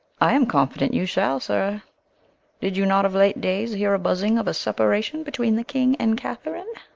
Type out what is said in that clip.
i am confident you shall sir did you not of late dayes heare a buzzing of a separation betweene the king and katherine?